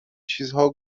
چیزها